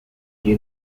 you